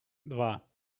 два